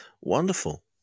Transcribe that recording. Wonderful